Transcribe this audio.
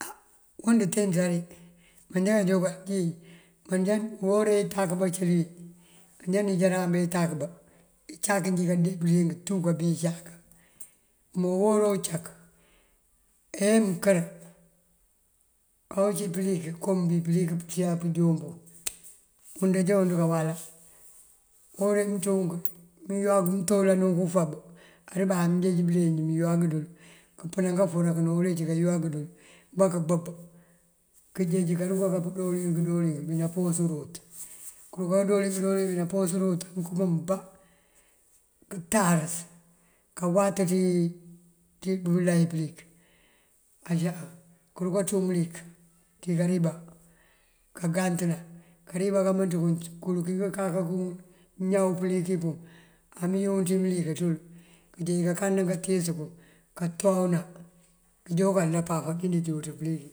Á wund te nţari manjá kajoo bukal njí uwora wí itakuba cëli wí manjá nijaran bá itakuba icak njí kade bëliyëng tú kabí icak. Me uwora ucak emënkër awucí pëliki kom bí pëlik pëţe pëjoon puŋ wund ajá wund kawala. Uwora wí mënţú wuŋ mëyuwag wí mëntoolan wunk ufab aduka amënjeej bëleenj yoog dul këpënan kafarak këdoolink bína poos urúuţ. Këruka kadoolink këdoolink bína poos urúuţ akëma mëmbá këtarës kawat ţí ţí bëlay pëlik acá kêruka ţú mëlik ţí kariba kagantëna. Kariba kamënţ kuŋ kul kí këkaka kuŋ ñaw pëliki puŋ amënyuţí mëlik ţul këjeej kakanda katíis kuŋ katoorëna këjoo bukal nëda pafan kí dí dúuţ pëliki.